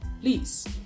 Please